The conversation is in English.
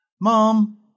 Mom